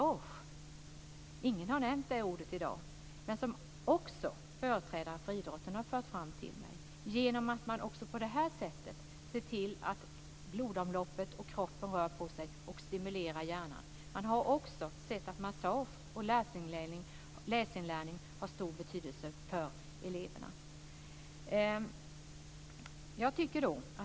Ingen har nämnt det ordet i dag. Men företrädare för idrotten har fört fram till mig att på det sättet ser man till att blodomloppet och kroppen rör på sig och stimulerar hjärnan. Man har sett att massage och läsinlärning har stor betydelse för eleverna.